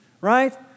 right